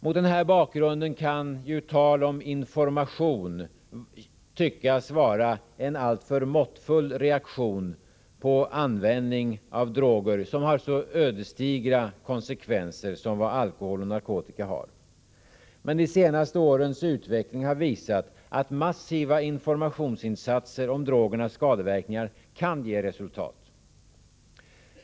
Mot denna bakgrund kan kravet på information tyckas vara en alltför måttfull reaktion på användning av droger, som har så ödesdigra konsekvenser som alkohol och narkotika har. Men de senaste årens utveckling har visat att massiva informationsinsatser om drogernas skadeverkningar kan ge resultat.